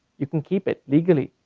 you can keep it legally.